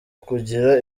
kugira